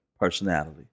personality